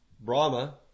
Brahma